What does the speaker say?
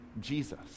Jesus